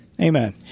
amen